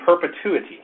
perpetuity